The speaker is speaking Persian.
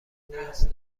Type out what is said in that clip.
نیاز